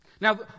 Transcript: Now